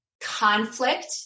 conflict